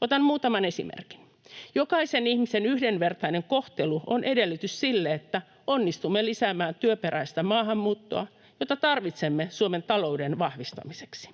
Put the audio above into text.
Otan muutaman esimerkin: Jokaisen ihmisen yhdenvertainen kohtelu on edellytys sille, että onnistumme lisäämään työperäistä maahanmuuttoa, jota tarvitsemme Suomen talouden vahvistamiseksi.